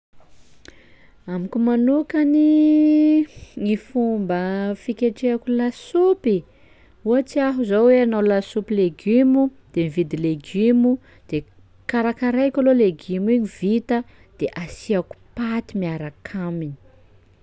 Amiko manokany gny fomba fiketrehako lasopy: ohatsy aho zao hoe hanao lasopy legiomo de mividy legiomo de karakaraiko aloha legiomo io ho vita de asiko paty miaraka aminy.